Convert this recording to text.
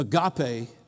Agape